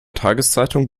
tageszeitung